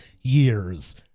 years